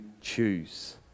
choose